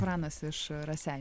pranas iš raseinių